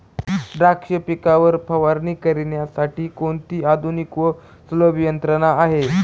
द्राक्ष पिकावर फवारणी करण्यासाठी कोणती आधुनिक व सुलभ यंत्रणा आहे?